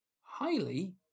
highly